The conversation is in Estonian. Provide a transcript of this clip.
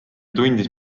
tundis